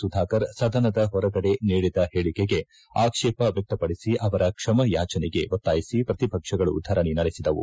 ಸುಧಾಕರ್ ಸದನದ ಹೊರಗಡೆ ನೀಡಿದ ಹೇಳಿಕೆಗೆ ಪ್ರತಿಪಕ್ಷಗಳು ಆಕ್ಷೇಪ ವ್ಯಕ್ತಪಡಿಸಿ ಅವರ ಕ್ಷಮೆಯಾಚನೆಗೆ ಒತ್ತಾಯಿಸಿ ಪ್ರತಿಪಕ್ಷಗಳು ಧರಣಿ ನಡೆಸಿದವು